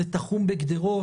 שזה תחום בגדרות?